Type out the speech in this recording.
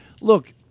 look